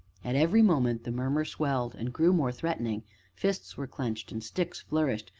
and every moment the murmur swelled, and grew more threatening fists were clenched, and sticks flourished,